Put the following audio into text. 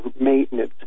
maintenance